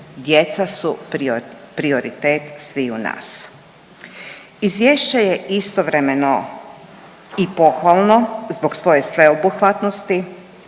Djeca su prioritet sviju nas. Izvješće je istovremeno i pohvalno zbog svoje sveobuhvatnosti